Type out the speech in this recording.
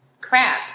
Crap